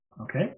Okay